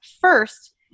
First